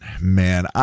Man